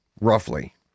roughly